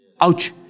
Ouch